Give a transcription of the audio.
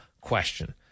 question